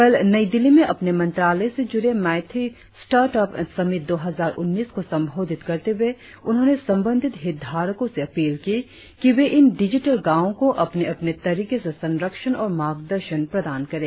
कल नई दिल्ली में अपने मंत्रालय से जुड़े मैती स्टार्ट अप समिट दो हजार उन्नीस को संबोधित करते हुए उन्होंने संबंधित हितधारकों से अपील की कि वे इन डिजिटल गांवों को अपने अपने तरीके से संरक्षण और मार्गदर्शन प्रदान करें